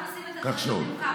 רק להעמיד את הדברים על דיוקם.